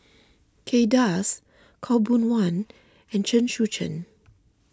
Kay Das Khaw Boon Wan and Chen Sucheng